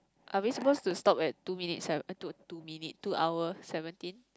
are we supposed to stop at two minute seven uh two minute two hour seventeen